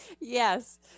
Yes